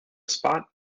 spot